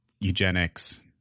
eugenics